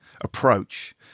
approach